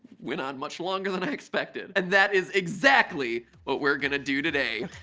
went on much longer than i expected, and that is exactly what we're gonna do today